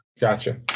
Gotcha